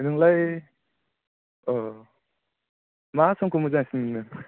नोंलाय अ मा संखौ मोजांसिन मोनो